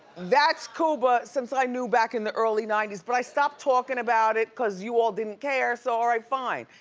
that's cuba since i knew back in the early ninety s but i stopped talking about it cause you all didn't care so, all right, fine.